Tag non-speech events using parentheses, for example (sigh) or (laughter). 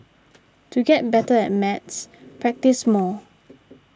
to get better (noise) at maths practise more (noise)